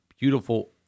beautiful